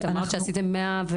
אמרת שעשיתם 140,